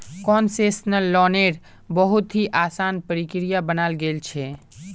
concessional लोन्नेर बहुत ही असान प्रक्रिया बनाल गेल छे